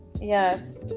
yes